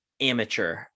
amateur